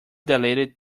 dilated